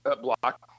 block